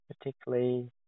particularly